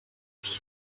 durch